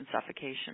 suffocation